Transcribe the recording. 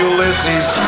Ulysses